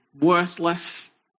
worthless